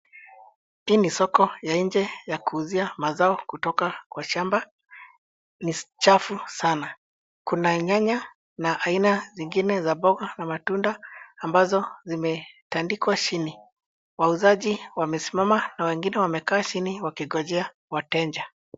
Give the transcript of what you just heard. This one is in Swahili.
Hii ni soko ya nje ya kuuzia mazao kutoka kwa shamba. Ni chafu sana. Kuna nyanya na aina zingine za mboga na matunda ambazo zimetandikwa chini. Wauzaji wamesimama na wengine wamekaa chini wakingojea wateja.